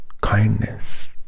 kindness